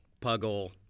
puggle